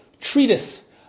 treatise